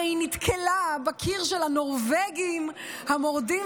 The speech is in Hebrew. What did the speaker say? הרי היא נתקלה בקיר של הנורבגים המורדים